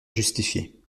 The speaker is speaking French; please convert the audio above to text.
justifier